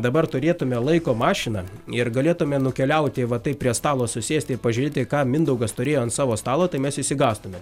dabar turėtume laiko mašiną ir galėtume nukeliauti va taip prie stalo susėsti ir pažiūrėti ką mindaugas turėjo ant savo stalo tai mes išsigąstume